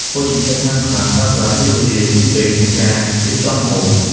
ភោជនីយដ្ឋានខ្លះប្រើប្រាស់ពេលវេលាយូរពេកក្នុងការរៀបចំម្ហូប។